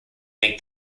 make